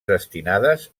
destinades